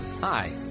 Hi